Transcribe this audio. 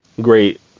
great